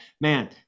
man